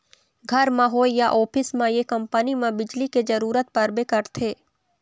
घर म होए या ऑफिस म ये कंपनी म बिजली के जरूरत परबे करथे